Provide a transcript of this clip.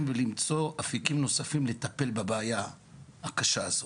ולמצוא אפיקים נוספים לטפל בבעיה הקשה הזו.